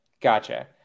Gotcha